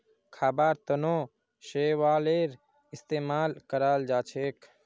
खाबार तनों शैवालेर इस्तेमाल कराल जाछेक